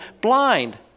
blind